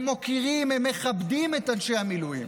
הם מוקירים, הם מכבדים את אנשי המילואים.